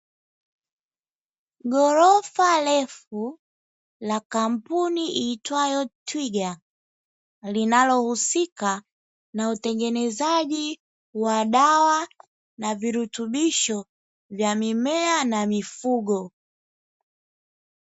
Ghorofa refu la kampuni iitwayo "TWIGA", linalohusika na utengenezaji wa dawa na virutubisho vya mimea na mifugo.